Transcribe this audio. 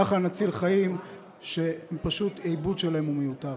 ככה נציל חיים שפשוט איבוד שלהם הוא מיותר.